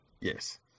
Yes